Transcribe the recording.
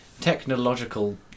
technological